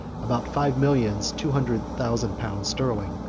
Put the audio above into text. about five millions two hundred thousand pounds sterling,